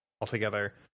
altogether